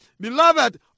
beloved